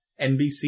NBC